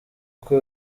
uko